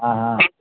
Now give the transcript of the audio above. ہاں ہاں